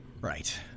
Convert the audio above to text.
Right